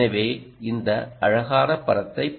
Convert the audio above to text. எனவே இந்த அழகான படத்தைப்